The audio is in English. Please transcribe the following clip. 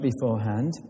beforehand